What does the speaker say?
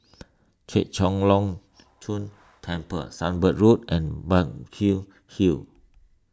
Chek Chai Long Chuen Temple Sunbird Road and Hill